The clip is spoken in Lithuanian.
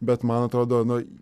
bet man atrodo na